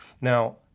Now